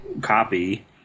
copy